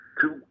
two